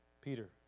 Peter